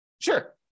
Sure